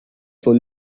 full